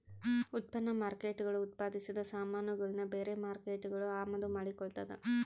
ಉತ್ಪನ್ನ ಮಾರ್ಕೇಟ್ಗುಳು ಉತ್ಪಾದಿಸಿದ ಸಾಮಾನುಗುಳ್ನ ಬೇರೆ ಮಾರ್ಕೇಟ್ಗುಳು ಅಮಾದು ಮಾಡಿಕೊಳ್ತದ